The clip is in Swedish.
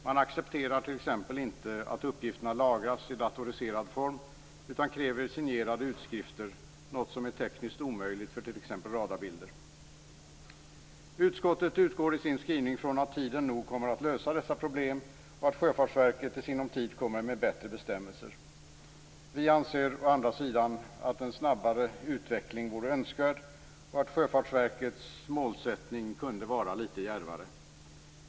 Man accepterar t.ex. inte att uppgifterna lagras i datoriserad form, utan kräver signerade utskrifter - något som är tekniskt omöjligt för t.ex. radarbilder. Utskottet utgår i sin skrivning från att tiden nog kommer att lösa dessa problem och att Sjöfartsverket i sinom tid kommer med bättre bestämmelser. Vi anser å andra sidan att en snabbare utveckling vore önskvärd och att Sjöfartsverkets målsättning kunde vara litet djärvare.